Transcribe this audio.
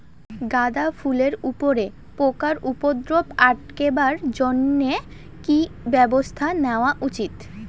গাঁদা ফুলের উপরে পোকার উপদ্রব আটকেবার জইন্যে কি ব্যবস্থা নেওয়া উচিৎ?